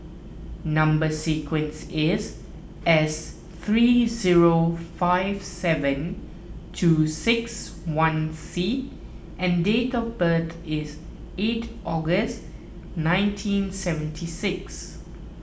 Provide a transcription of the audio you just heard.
Number Sequence is S three zero five seven two six one C and date of birth is eight August nineteen seventy ix